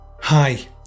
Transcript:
Hi